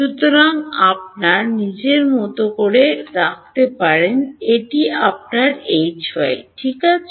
সুতরাং আপনার নিজের মতো করে রাখতে পারেন এটি আপনার Hy ঠিক আছে